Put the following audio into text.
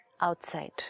outside